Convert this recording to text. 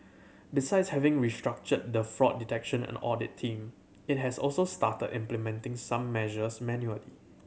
besides having restructured the fraud detection and audit team it has also started implementing some measures manually